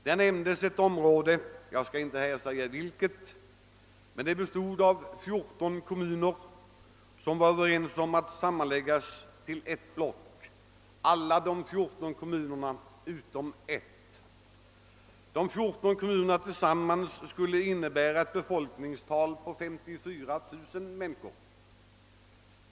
Där nämndes ett område — jag skall inte här ange vilket — som bestod av 14 kommuner, av vilka alla utom en var överens om att sammanläggas till ett block. De 14 kommunerna tillsammans skulle få ett befolkningstal på 54000.